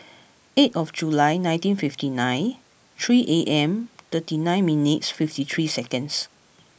eight of July nineteen fifty nine three A M thirty nine minutes fifty three seconds